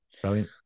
Brilliant